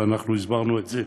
ואנחנו הסברנו את זה